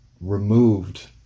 removed